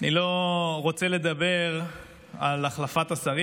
אני לא רוצה לדבר על החלפת השרים.